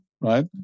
right